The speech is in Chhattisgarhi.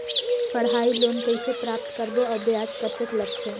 पढ़ाई लोन कइसे प्राप्त करबो अउ ब्याज कतेक लगथे?